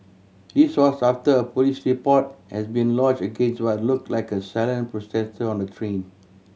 this was after a police report has been lodged against what looked like a silent protest on the train